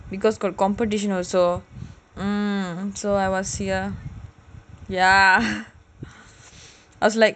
because got competition also ah so I was ya ya I was like